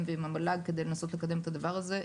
ועם המל"ג כדי לנסות לקדם את הדבר הזה.